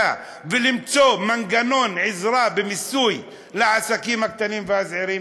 לקופסה ולמצוא מנגנון עזרה במיסוי לעסקים הקטנים והזעירים?